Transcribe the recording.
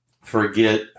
forget